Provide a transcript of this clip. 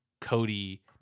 Cody